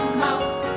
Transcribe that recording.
mouth